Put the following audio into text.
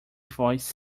voice